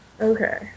okay